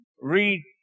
read